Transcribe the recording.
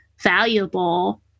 valuable